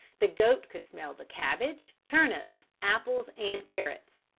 the goat could smell the cabbage, turnips, apples and carrots.